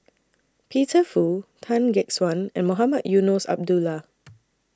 Peter Fu Tan Gek Suan and Mohamed Eunos Abdullah